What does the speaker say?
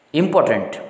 important